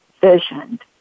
visioned